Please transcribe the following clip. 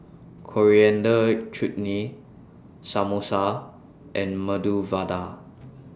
Coriander Chutney Samosa and Medu Vada